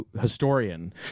historian